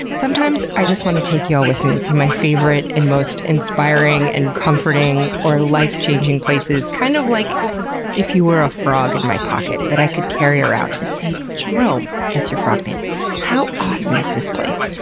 sometimes, i just want to take y'all with me to my favorite, and most inspiring, and comforting or life changing places. kind of like if you were ah frog in and my pocket that i could carry around and say, jerome, that's your frog name how awesome is this place?